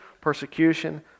persecution